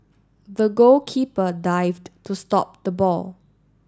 the goalkeeper dived to stop the ball